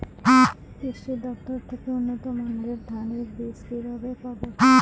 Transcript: কৃষি দফতর থেকে উন্নত মানের ধানের বীজ কিভাবে পাব?